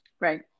Right